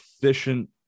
efficient